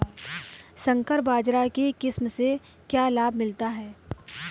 संकर बाजरा की किस्म से क्या लाभ मिलता है?